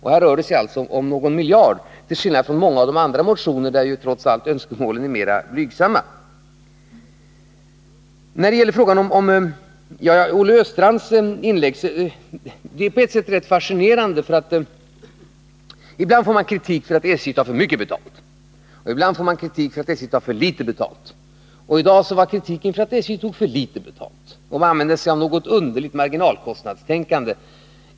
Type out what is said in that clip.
Här rör det sig om en miljard, till skillnad från många andra motioner, där trots allt önskemålen är mera blygsamma. Olle Östrands inlägg är rätt fascinerande. Ibland får man kritik för att SJ tar för mycket betalt och ibland för att SJ tar för litet betalt. I dag var det fråga om det senare, och han använde ett underligt marginalkostnadstänkande.